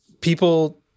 people